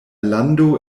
lando